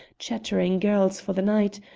chattering girls for the night,